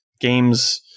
Games